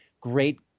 Great